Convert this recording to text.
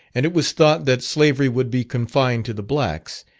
and it was thought that slavery would be confined to the blacks,